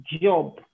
job